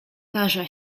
tarza